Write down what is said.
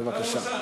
בבקשה.